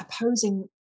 opposing